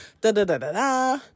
da-da-da-da-da